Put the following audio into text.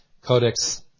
Codex